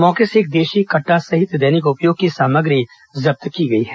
मौके से एक देशी कटटा सहित दैनिक उपयोग की सामग्री जब्त की गई है